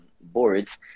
boards